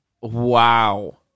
Wow